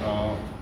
oh